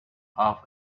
off